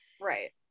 Right